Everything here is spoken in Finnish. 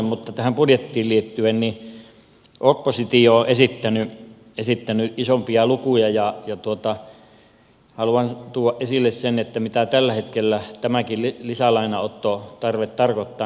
mutta tähän budjettiin liittyen oppositio on esittänyt isompia lukuja ja haluan tuoda esille sen mitä tällä hetkellä tämäkin lisälainanottotarve tarkoittaa